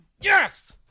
Yes